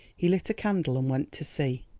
he lit a candle and went to see.